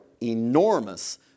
enormous